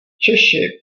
češi